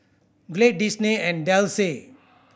Glade Disney and Delsey